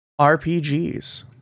RPGs